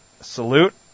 Salute